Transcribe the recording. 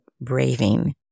braving